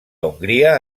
hongria